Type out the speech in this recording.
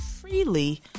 freely